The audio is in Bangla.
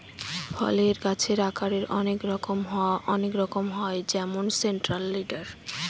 ফলের গাছের আকারের অনেক রকম হয় যেমন সেন্ট্রাল লিডার